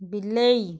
ବିଲେଇ